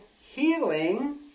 healing